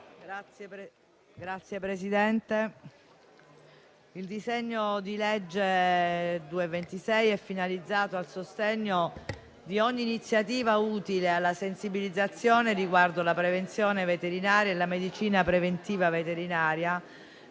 Signor Presidente, il disegno di legge n. 226 è finalizzato al sostegno di ogni iniziativa utile alla sensibilizzazione riguardo alla prevenzione veterinaria e alla medicina preventiva veterinaria,